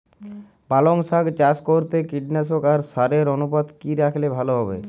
পালং শাক চাষ করতে কীটনাশক আর সারের অনুপাত কি রাখলে ভালো হবে?